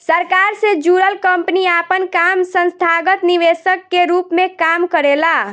सरकार से जुड़ल कंपनी आपन काम संस्थागत निवेशक के रूप में काम करेला